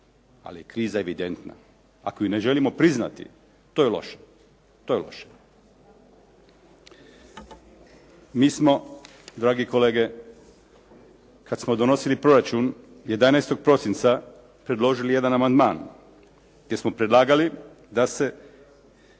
Ali je kriza evidentna. Ako je ne želimo priznati to je loše, to je loše. Mi smo dragi kolege, kada smo donosili proračun 11 prosinca predložili jedan amandman jer smo predlagali da se